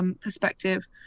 perspective